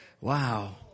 wow